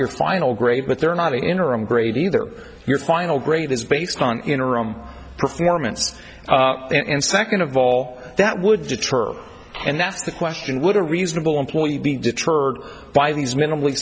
your final grade but they're not interim grade either your final grade is based on interim performance and second of all that would deter and that's the question would a reasonable employee be deterred by these minimally